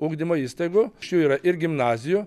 ugdymo įstaigų iš jų yra ir gimnazijų